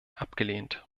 abgelehnt